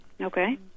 Okay